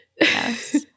Yes